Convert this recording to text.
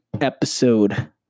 episode